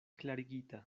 klarigita